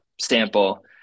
sample